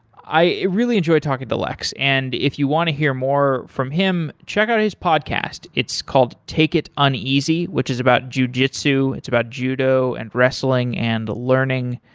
i really enjoyed talking to lex, and if you want to hear more from him, check out his podcast. it's called take it uneasy, which is about jujitsu. it's about judo, and wrestling, and learning,